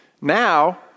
Now